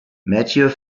matthew